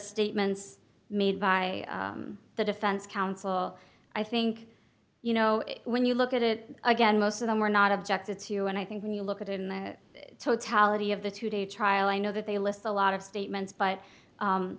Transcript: statements made by the defense counsel i think you know when you look at it again most of them were not objected to and i think when you look at it in the totality of the two day trial i know that they list the lot of statements but